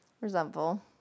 resentful